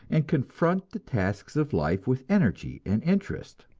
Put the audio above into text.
and confront the tasks of life with energy and interest.